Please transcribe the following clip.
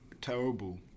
terrible